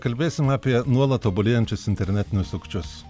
kalbėsim apie nuolat tobulėjančius internetinius sukčius